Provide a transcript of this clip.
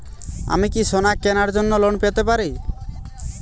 আমি কি সোনা কেনার জন্য লোন পেতে পারি?